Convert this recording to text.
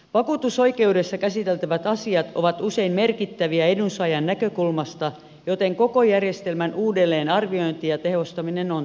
vakuutusoikeudessa käsiteltävät asiat ovat usein merkittäviä edunsaajan näkökulmasta joten koko järjestelmän uudelleenarviointi ja tehostaminen ovat tarpeen